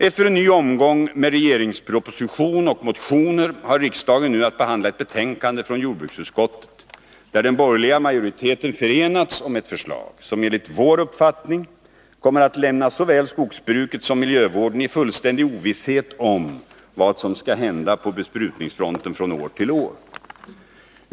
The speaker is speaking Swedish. Efter en ny omgång med regeringsproposition och motioner har riksdagen nu att behandla ett betänkande från jordbruksutskottet där representanterna för den borgerliga majoriteten förenats om ett förslag som enligt vår uppfattning kommer att lämna såväl skogsbruket som miljövården i fullständig ovisshet om vad som skall hända på besprutningsfronten från år till år.